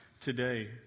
today